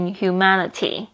humanity